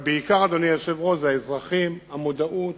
אבל בעיקר, אדוני היושב-ראש, זה האזרחים, המודעות,